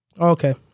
Okay